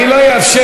אני לא אאפשר,